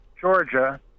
Georgia